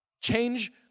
Change